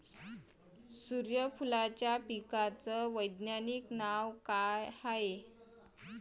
सुर्यफूलाच्या पिकाचं वैज्ञानिक नाव काय हाये?